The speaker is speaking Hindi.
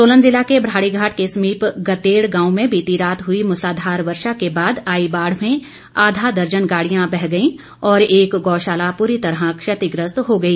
सोलन ज़िला के भराड़ीघाट के समीप गतेड़ गांव में बीती रात हुई मुसलाधार वर्षा के बाद आई बाढ़ में आधा दर्जन गाड़ियां बह गई और एक गौशाला पूरी तरह क्षतिग्रस्त हो गई